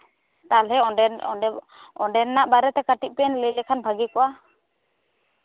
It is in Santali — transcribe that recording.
ᱛᱟᱦᱚᱞᱮ ᱚᱱᱰᱮᱱ ᱚᱱᱰᱮᱱᱟᱜ ᱵᱟᱨᱮᱛᱮ ᱠᱟᱹᱴᱤᱡ ᱵᱮᱱ ᱞᱟᱹᱭ ᱞᱮᱠᱷᱟᱱ ᱵᱷᱟᱹᱜᱤ ᱠᱚᱜᱼᱟ